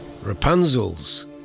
Rapunzel's